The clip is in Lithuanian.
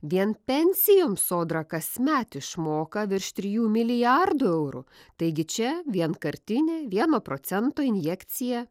vien pensijoms sodra kasmet išmoka virš trijų milijardų eurų taigi čia vienkartinė vieno procento injekcija